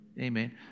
Amen